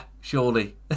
surely